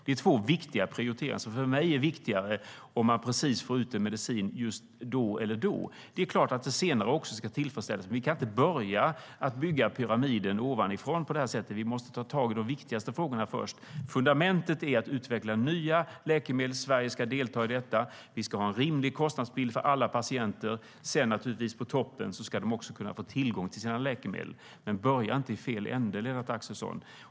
Det är två viktiga prioriteringar som för mig är viktigare än om man får ut en medicin precis just då eller då. Det är klart att det senare också ska tillfredsställas. Men vi kan inte börja bygga pyramiden ovanifrån på det här sättet utan måste ta tag i de viktigaste frågorna först. Fundamentet är att utveckla nya läkemedel och att Sverige ska delta i detta. Vi ska ha en rimlig kostnadsbild för alla patienter. På toppen ska de naturligtvis också få tillgång till sina läkemedel. Men börja inte i fel ände, Lennart Axelsson!